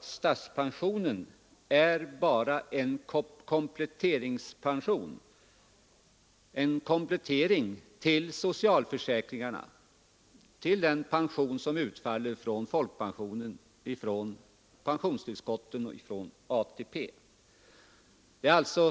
Statspensionen är faktiskt bara en kompletteringspension, en komplettering till socialförsäkringarna, till den pension som utbetalas från folkpensionen, från pensionstillskotten och från ATP.